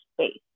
space